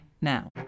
now